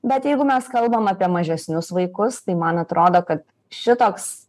bet jeigu mes kalbam apie mažesnius vaikus tai man atrodo kad šitoks